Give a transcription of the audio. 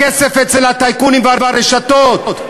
הכסף אצל הטייקונים והרשתות.